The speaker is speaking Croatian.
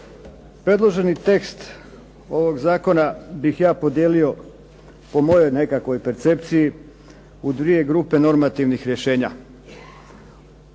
Predloženi tekst ovog zakona bih ja podijelio po mojoj nekakvoj percepciji u dvije grupe normativnih rješenja.